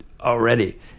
already